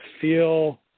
feel